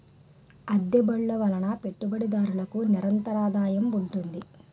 అద్దె బళ్ళు వలన పెట్టుబడిదారులకు నిరంతరాదాయం ఉంటుంది